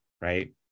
Right